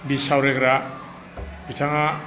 बि सावरायगोरा बिथाङा